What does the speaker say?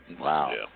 Wow